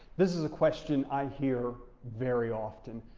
this is a question i hear very often.